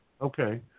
Okay